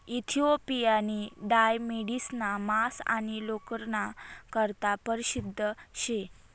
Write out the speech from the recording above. इथिओपियानी डाय मेढिसना मांस आणि लोकरना करता परशिद्ध शे